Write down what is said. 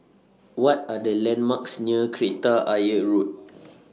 What Are The landmarks near Kreta Ayer Road